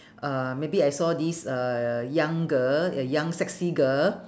uh maybe I saw this uh young girl a young sexy girl